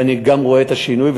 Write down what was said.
ואני גם רואה את השינוי,